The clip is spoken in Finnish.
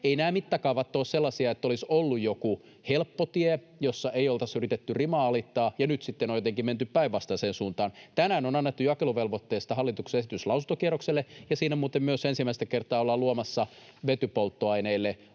Eivät nämä mittakaavat ole sellaisia, että olisi ollut joku helppo tie, jossa ei oltaisi yritetty rimaa alittaa ja nyt sitten on jotenkin menty päinvastaiseen suuntaan. Tänään on annettu jakeluvelvoitteesta hallituksen esitys lausuntokierrokselle, ja siinä muuten myös ensimmäistä kertaa ollaan luomassa vetypolttoaineille